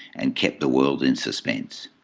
and kept the world in suspense.